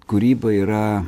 kūryba yra